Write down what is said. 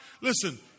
Listen